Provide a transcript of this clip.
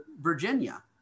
Virginia